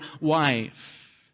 wife